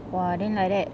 what then like that